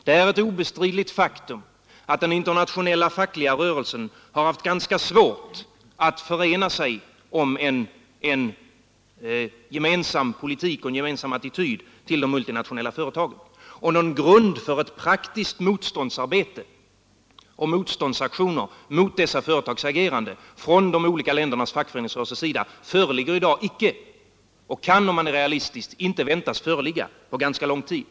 Det är ett obestridligt faktum att den internationella fackliga rörelsen har haft ganska svårt att förena sig om en gemensam politik och attityd mot de multinationella företagen. Någon grund för ett praktiskt motståndsarbete och motståndsaktioner från de olika ländernas fack föreningsrörelser mot dessa företags agerande föreligger i dag inte och kan, om man är realistisk, inte väntas föreligga på ganska lång tid.